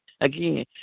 Again